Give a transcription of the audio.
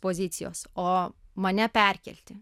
pozicijos o mane perkelti